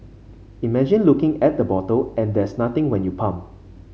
imagine looking at the bottle and there's nothing when you pump